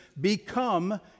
become